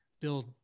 build